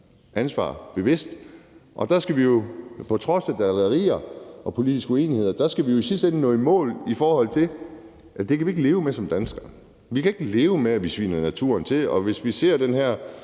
ansvar bevidst. Og der skal vi jo på trods af drillerier og politiske uenigheder i sidste ende nå i mål, for ellers kan vi ikke leve med det som danskere. Vi kan ikke leve med, at vi sviner naturen til. Hvis jeg er